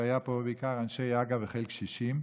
שהיו פה בעיקר אנשי הג"א וחיל קשישים.